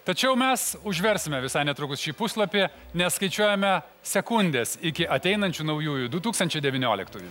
tačiau mes užversime visai netrukus šį puslapį nes skaičiuojame sekundes iki ateinančių naujųjų du tūkstančiai devynioliktųjų